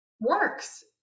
works